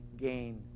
gain